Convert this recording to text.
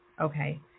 okay